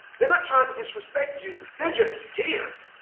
they're not trying to disrespect you, they're just scared.